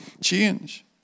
change